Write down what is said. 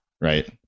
right